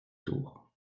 tour